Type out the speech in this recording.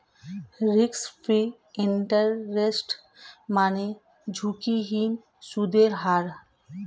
risk free interest মানে ঝুঁকিহীন সুদের হার